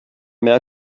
mehr